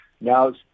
Now